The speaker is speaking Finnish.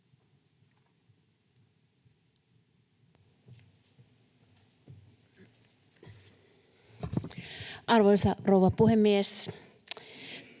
Arvoisa rouva puhemies!